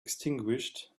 extinguished